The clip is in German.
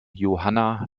johanna